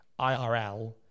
IRL